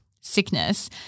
sickness